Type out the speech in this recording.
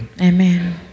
Amen